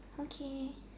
okay